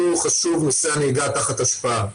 לנו חשוב נושא הנהיגה תחת השפעה.